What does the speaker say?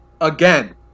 again